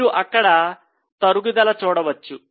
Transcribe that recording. మీరు అక్కడ తరుగుదల చూడవచ్చు